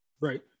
right